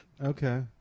Okay